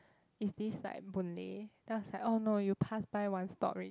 is this like Boon Lay then I was like oh no you passed by one stop already